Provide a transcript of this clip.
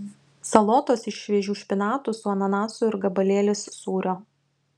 salotos iš šviežių špinatų su ananasu ir gabalėlis sūrio